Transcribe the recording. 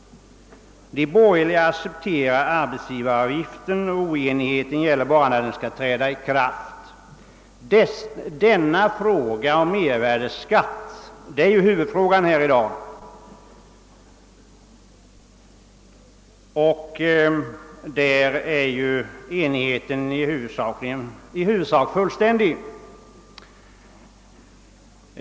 De borgerliga accepterar arbetsgivaravgiften, och oenigheten avser bara när den skall träda i kraft. Denna fråga om mervärdeskatten är huvudfrågan i dag, och om den är enigheten nära nog fullständig.